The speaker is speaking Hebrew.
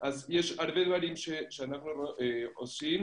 אז יש הרבה דברים שאנחנו עושים,